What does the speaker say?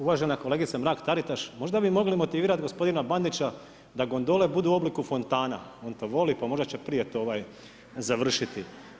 Uvažena kolegice Mrak-Taritaš, možda bi mogli motivirati gospodina Bandića da gondole budu u obliku fontana, on to voli pa možda će prije to završiti.